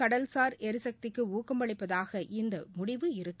கடல்சார் எரிசக்திக்குஊக்கமளிப்பதாக இந்தமுடிவு இருக்கும்